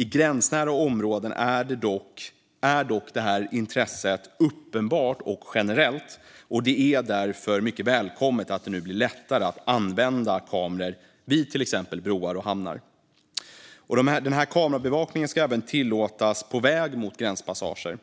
I gränsnära områden är detta intresse dock uppenbart och generellt, och det är därför mycket välkommet att det nu blir lättare att använda kameror vid till exempel broar och hamnar. Kamerabevakning ska även tillåtas på väg mot gränspassager.